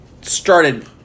started